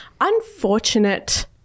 unfortunate